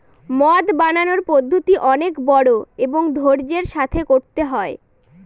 মদ বানানোর পদ্ধতি অনেক বড়ো এবং ধৈর্য্যের সাথে করতে হয়